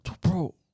Bro